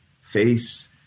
Face